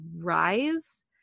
Rise